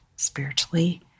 spiritually